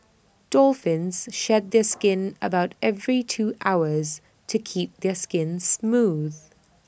dolphins shed their skin about every two hours to keep their skin smooth